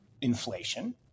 Inflation